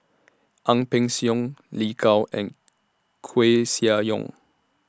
Ang Peng Siong Lin Gao and Koeh Sia Yong